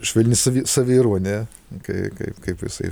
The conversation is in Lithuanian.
švelni savi saviironija kai kaip kaip jisai